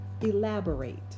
elaborate